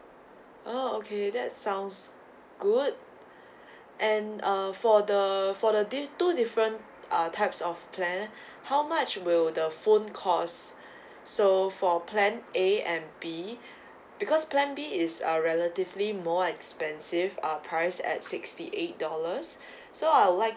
orh okay that sounds good and err for the for the these two different uh types of plan how much will the phone costs so for plan A and B because plan B is a relatively more expensive uh price at sixty eight dollars so I would like